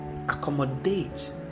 Accommodate